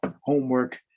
homework